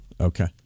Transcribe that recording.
Okay